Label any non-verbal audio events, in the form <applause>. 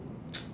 <noise>